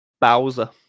Bowser